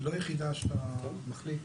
היא לא יחידה שאתה מחליט